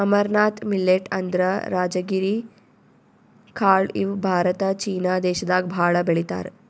amaranth millet ಅಂದ್ರ ರಾಜಗಿರಿ ಕಾಳ್ ಇವ್ ಭಾರತ ಚೀನಾ ದೇಶದಾಗ್ ಭಾಳ್ ಬೆಳಿತಾರ್